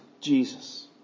Jesus